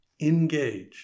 engage